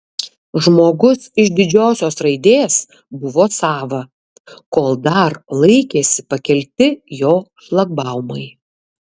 žmogus iš didžiosios raidės buvo sava kol dar laikėsi pakelti jo šlagbaumai